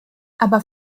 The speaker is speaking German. aber